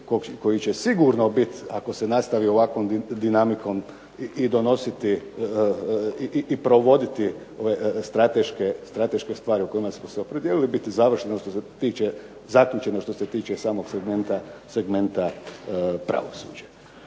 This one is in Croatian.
koji će sigurno biti, ako se nastavi ovakvom dinamikom i donositi i provoditi ove strateške stvari u kojima smo se opredijelili biti završne što se tiče, zaključeno što se tiče samog segmenta pravosuđa.